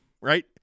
right